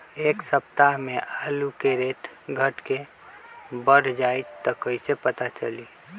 एक सप्ताह मे आलू के रेट घट ये बढ़ जतई त कईसे पता चली?